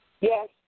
Yes